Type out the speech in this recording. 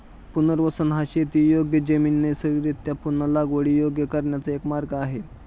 पुनर्वसन हा शेतीयोग्य जमीन नैसर्गिकरीत्या पुन्हा लागवडीयोग्य करण्याचा एक मार्ग आहे